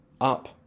up